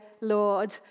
Lord